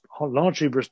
largely